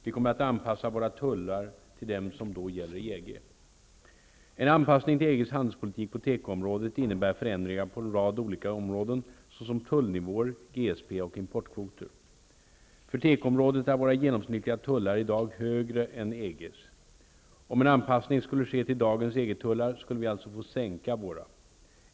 Vi kommer att anpassa våra tullar till dem som då gäller i EG. En anpassning till EG:s handelspolitik på tekoområdet innebär förändringar på en rad olika områden, såsom tullnivåer, GSP och importkvoter. För tekoområdet är våra genomsnittliga tullar i dag högre än EG:s. Om en anpassning skulle ske till dagens EG-tullar skulle vi alltså få sänka våra.